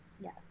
yes